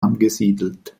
angesiedelt